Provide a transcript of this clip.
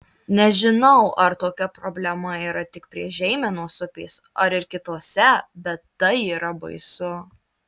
nežinau ar tokia problema yra tik prie žeimenos upės ar ir kitose bet tai yra baisu